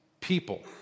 people